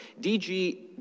DG